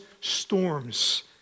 storms